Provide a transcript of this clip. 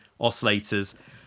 oscillators